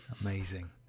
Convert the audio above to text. amazing